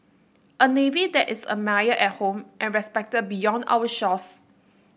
a navy that is admired at home and respected beyond our shores